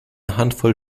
handvoll